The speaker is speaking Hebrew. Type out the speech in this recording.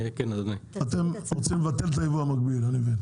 אני מבין שאתם רוצים לבטל את הייבוא המקביל.